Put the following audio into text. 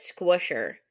squisher